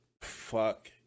Fuck